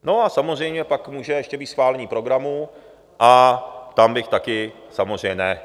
No a samozřejmě pak může být ještě schválení programu a tam bych taky samozřejmě ne.